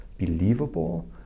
believable